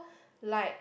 like